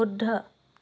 শুদ্ধ